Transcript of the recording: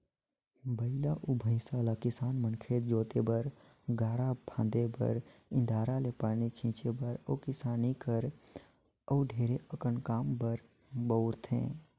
बइला अउ भंइसा ल किसान मन खेत जोते बर, गाड़ा फांदे बर, इन्दारा ले पानी घींचे बर अउ किसानी कर अउ ढेरे अकन काम बर बउरथे